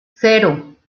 cero